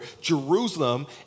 Jerusalem